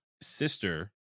sister